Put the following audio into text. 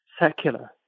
secular